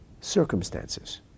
circumstances